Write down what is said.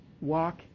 walk